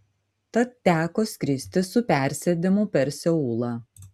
tad teko skristi su persėdimu per seulą